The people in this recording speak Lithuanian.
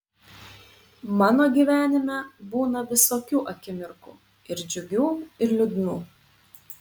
mano gyvenime būna visokių akimirkų ir džiugių ir liūdnų